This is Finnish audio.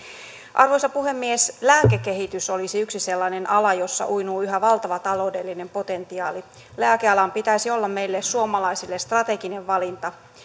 arvoisa puhemies lääkekehitys olisi yksi sellainen ala jossa uinuu yhä valtava taloudellinen potentiaali lääkealan pitäisi olla meille suomalaisille strateginen valinta